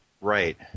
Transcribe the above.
right